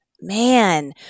Man